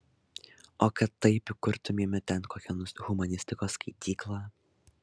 o kad taip įkurtumėme ten kokią humanistikos skaityklą